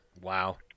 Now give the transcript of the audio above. Wow